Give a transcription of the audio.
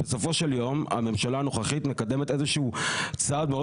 בסופו של יום הממשלה הנוכחית מקדמת איזה שהוא צעד מאוד